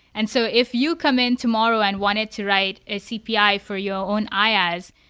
and so if you come in tomorrow and wanted to write a cpi for your own iaas,